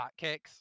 hotcakes